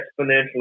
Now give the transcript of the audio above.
exponentially